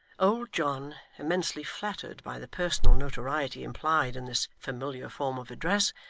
old john, immensely flattered by the personal notoriety implied in this familiar form of address,